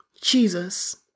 Jesus